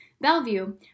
Bellevue